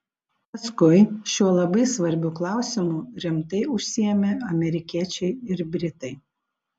paskui šiuo labai svarbiu klausimu rimtai užsiėmė amerikiečiai ir britai